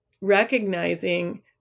recognizing